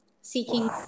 seeking